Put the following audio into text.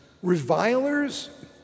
revilers